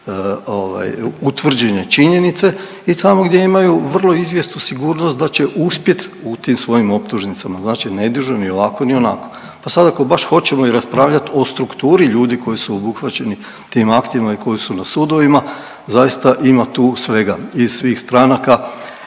utvrđene činjenice i tamo gdje imaju vrlo izvjesnu sigurnost da će uspjet u tim svojim optužnicama, znači ne dižu ni ovako ni onako. Pa sad ako baš hoćemo i raspravljat o strukturi ljudi koji su obuhvaćeni tim aktima i koji su na sudovima, zaista ima tu svega iz svih stranaka